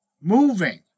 moving